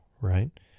right